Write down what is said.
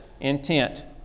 intent